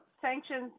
sanctions